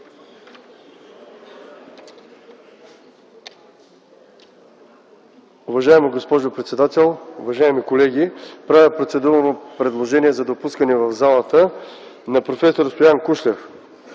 Уважаема госпожо председател, уважаеми колеги! Правя процедурно предложение за допускане в залата на проф. Стоян Кушлев